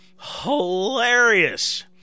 hilarious